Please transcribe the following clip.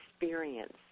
experience